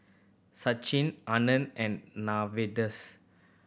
Sachin Anand and